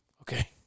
okay